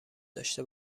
داشته